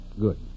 Good